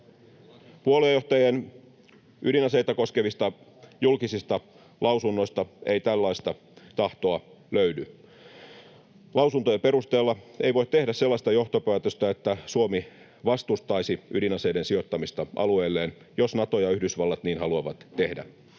Puoluejohtajien ydinaseita koskevista julkisista lausunnoista ei tällaista tahtoa löydy. Lausuntojen perusteella ei voi tehdä sellaista johtopäätöstä, että Suomi vastustaisi ydinaseiden sijoittamista alueelleen, jos Nato ja Yhdysvallat niin haluavat tehdä,